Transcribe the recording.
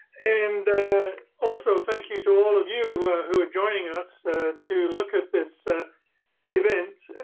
and also, thank you to all of you who are joining us to look at this event.